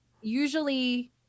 usually